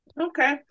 okay